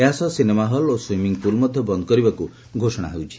ଏହାସହ cinema hall ଓ swimming pool ମଧ୍ଧ ବନ୍ଦ କରିବାକୁ ଘୋଷଣା ହୋଇଛି